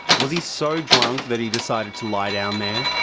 was he so drunk that he decided to lie down there?